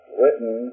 written